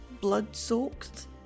blood-soaked